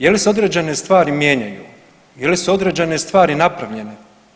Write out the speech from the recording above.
Je li se određene stvari mijenjaju ili su određene stvari napravljene?